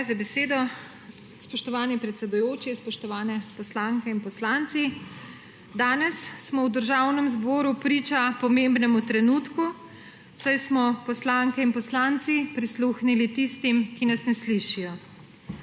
za besedo. Spoštovani predsedujoči, spoštovane poslanke in poslanci! Danes smo v Državnem zboru priča pomembnemu trenutku, saj smo poslanke in poslanci prisluhnili tistim, ki nas ne slišijo.